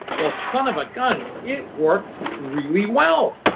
well, son of a gun, it worked really well.